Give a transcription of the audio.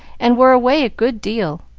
and were away a good deal.